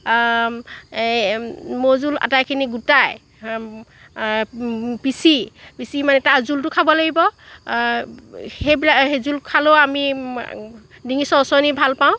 এই মৌজোল আটাইখিনি গোটাই পিচি পিচি মানে তাৰ জোলটো খাব লাগিব সেই জোল খালেও আমি ডিঙি চৰচৰণি ভাল পাওঁ